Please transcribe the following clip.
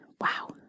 wow